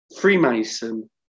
Freemason